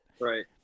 Right